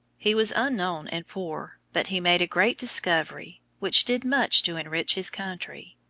he was unknown and poor, but he made a great discovery, which did much to enrich his country.